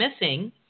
missing